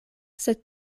sed